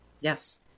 Yes